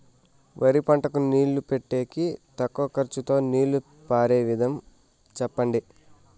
వరి పంటకు నీళ్లు పెట్టేకి తక్కువ ఖర్చుతో నీళ్లు పారే విధం చెప్పండి?